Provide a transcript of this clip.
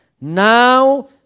Now